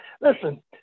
listen